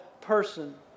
person